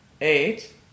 eight